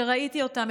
שראיתי אותם,